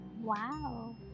Wow